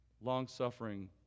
long-suffering